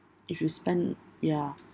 if you spend ya